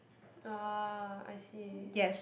oh I see